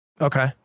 Okay